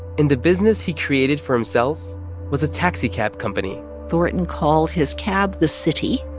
and the business he created for himself was a taxicab company thornton called his cab the city,